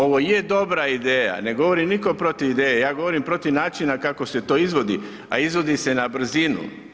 Ovo je dobra ideja, ne govori niko protiv ideje, ja govorim protiv načina kako se to izvodi, a izvodi se na brzinu.